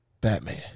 Batman